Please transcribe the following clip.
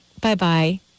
Bye-bye